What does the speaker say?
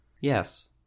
Yes